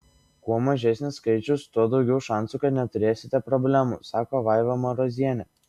kuo mažesnis skaičius tuo daugiau šansų kad neturėsite problemų sako vaiva marozienė